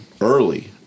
early